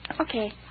Okay